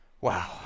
Wow